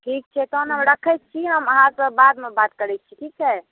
ठीक छै तखन हम रखै छी हम अहाँसँ बादमे बात करै छी ठीक छै